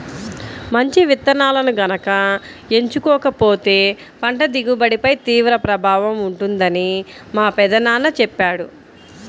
మంచి విత్తనాలను గనక ఎంచుకోకపోతే పంట దిగుబడిపై తీవ్ర ప్రభావం ఉంటుందని మా పెదనాన్న చెప్పాడు